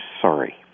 sorry